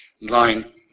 line